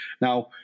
now